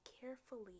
carefully